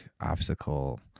obstacle